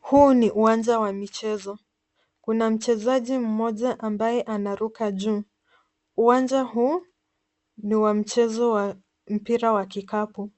Huu ni uwanja wa michezo. Kuna mchezaji mmoja ambaye anaruka juu. Uwanja huu, ni wa mchezo wa mpira wa kikapu.